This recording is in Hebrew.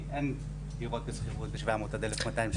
כי אין דירות בשכירות ב-700 עד 1,200 שקל,